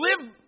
live